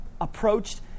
approached